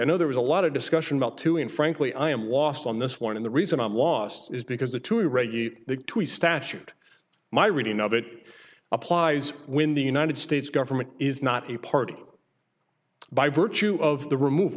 i know there was a lot of discussion about two and frankly i am lost on this one the reason i'm lost is because a to regulate the statute my reading of it applies when the united states government is not a party by virtue of the remove